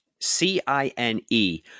C-I-N-E